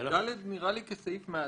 (ד) נראה לי כסעיף מאזן.